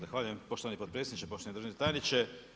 Zahvaljujem poštovani potpredsjedniče, poštovani državni tajniče.